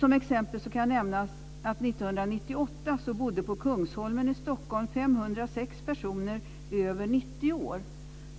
Som exempel kan nämnas att 1998 bodde på Kungsholmen i Stockholm 506 personer över 90 år.